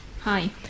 Hi